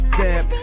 Step